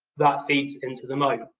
that feeds into the moat.